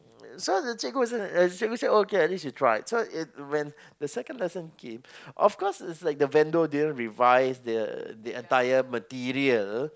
so the cikgu is like the cikgu say okay at least you tried so it when the second lesson came of course is like the vendor didn't revise the the entire material